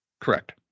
Correct